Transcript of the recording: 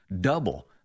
Double